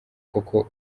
koko